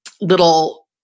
little